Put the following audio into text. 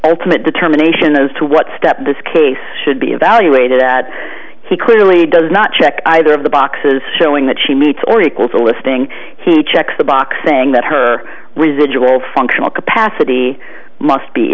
ultimate determination as to what step in this case should be evaluated that he clearly does not check either of the boxes showing that she meets or equals a listing he checks the box saying that her residual functional capacity must be